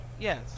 Yes